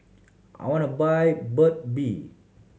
I want buy Burt Bee